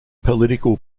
political